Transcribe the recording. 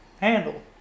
handle